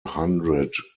hundred